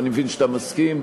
ואני מבין שאתה מסכים.